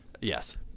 Yes